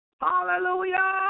Hallelujah